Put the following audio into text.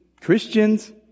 Christians